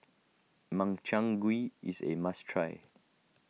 Makchang Gui is a must try